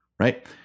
right